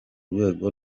rwego